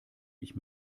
ich